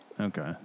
Okay